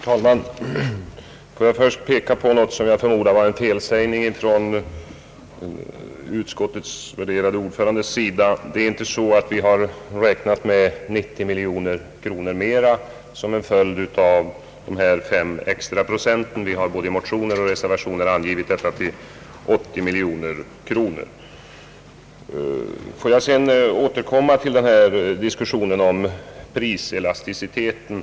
Herr talman! Låt mig först peka på något som jag förmodar var en felsägning från utskottets värderade ordförande. Det är inte så att vi har räknat med ytterligare 90 miljoner kronor som en följd av de fem extra procenten. Vi har både i motioner och reservationer angivit detta belopp till 80 miljoner kronor. Låt mig sedan återkomma till diskussionen om priselasticiteten.